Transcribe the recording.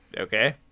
Okay